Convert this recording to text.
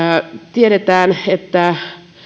tiedetään että